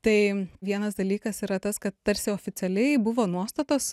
tai vienas dalykas yra tas kad tarsi oficialiai buvo nuostatos